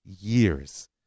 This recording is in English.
years